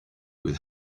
with